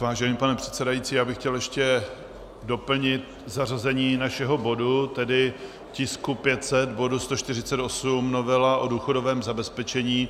Vážený pane předsedající, já bych chtěl ještě doplnit zařazení našeho bodu, tedy tisku 500, bod 148, novela o důchodovém zabezpečení.